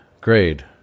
grade